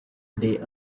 day